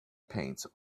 paints